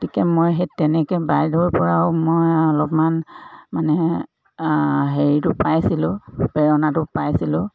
গতিকে মই সেই তেনেকৈ বাইদেউৰ পৰাও মই অলপমান মানে হেৰিটো পাইছিলোঁ প্ৰেৰণাটো পাইছিলোঁ